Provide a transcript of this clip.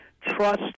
trust